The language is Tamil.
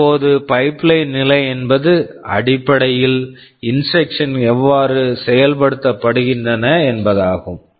இப்போது பைப்லைன் pipeline நிலை என்பது அடிப்படையில் இன்ஸ்ட்ரக்சன் instructions கள் எவ்வாறு செயல்படுத்தப்படுகின்றன என்பதாகும்